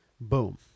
boom